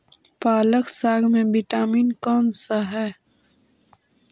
पालक साग में विटामिन कौन सा है?